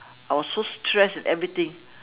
I was so stressed with everything